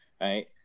Right